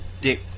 dick